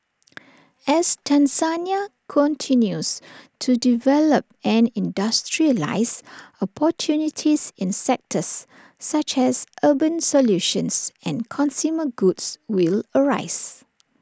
as Tanzania continues to develop and industrialise opportunities in sectors such as urban solutions and consumer goods will arise